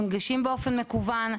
מונגשים באופן מקוון.